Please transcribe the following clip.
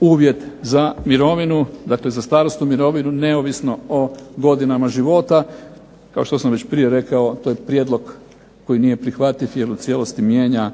uvjet za mirovinu dakle za starosnu mirovinu neovisno o godinama života. Kao što sam već prije rekao to je prijedlog koji nije prihvativ, jer u cijelosti mijenja